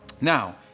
now